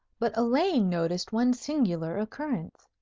but elaine noticed one singular occurrence.